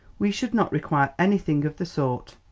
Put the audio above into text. we should not require anything of the sort.